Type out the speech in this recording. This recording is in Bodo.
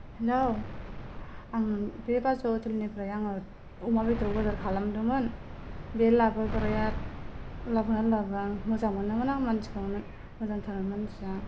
हेल' आं बे बाजै हटेल निफ्राय आङो अमा बेदर अर्दार खालामदोंमोन बे लानाबोग्राया लाबोगोनना लाबोआ मोजां मोनोमोन आं मानसिखौ मोजांथारमोन मानसिया